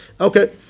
Okay